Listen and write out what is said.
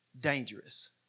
dangerous